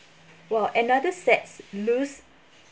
while another sets loose